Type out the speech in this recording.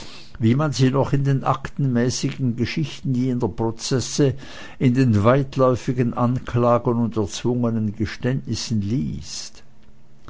wie man sie noch in den aktenmäßigen geschichten jener prozesse in den weitläufigen anklagen und erzwungenen geständnissen liest